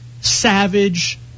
Savage